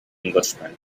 englishman